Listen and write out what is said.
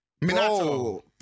Minato